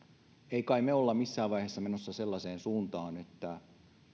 emme kai me ole missään vaiheessa menossa sellaiseen suuntaan että